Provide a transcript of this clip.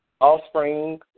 offspring